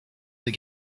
deux